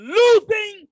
losing